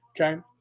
okay